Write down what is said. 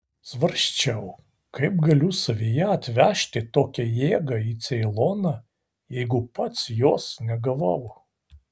svarsčiau kaip galiu savyje atvežti tokią jėgą į ceiloną jeigu pats jos negavau